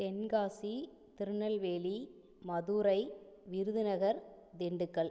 Tenkasi Tirunelveli Madurai Virudhunagar Dindigul